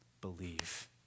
Believe